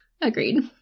Agreed